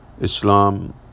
Islam